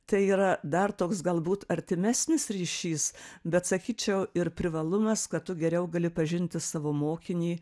tai yra dar toks galbūt artimesnis ryšys bet sakyčiau ir privalumas kad tu geriau gali pažinti savo mokinį